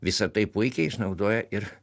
visa tai puikiai išnaudoja ir